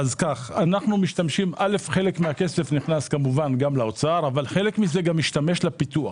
חלק מהכסף נכנס כמובן גם לאוצר אבל חלק מזה גם משמש לפיתוח.